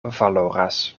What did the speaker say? valoras